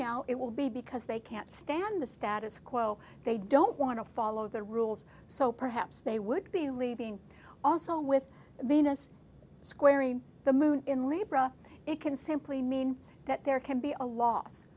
now it will be because they can't stand the status quo they don't want to follow the rules so perhaps they would be leaving also with venus squaring the moon in libra it can simply mean that there can be a loss